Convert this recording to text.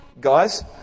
Guys